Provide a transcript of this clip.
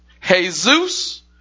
Jesus